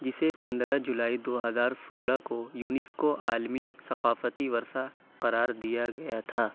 جسے پندرہ جولائی دو ہزار سولہ کو یونیسکو عالمی ثقافتی ورثہ قرار دیا گیا تھا